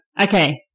Okay